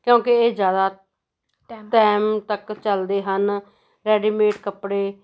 ਕਿਉਂਕਿ ਇਹ ਜ਼ਿਆਦਾ ਟਾਈਮ ਤੱਕ ਚੱਲਦੇ ਹਨ ਰੈਡੀਮੇਡ ਕੱਪੜੇ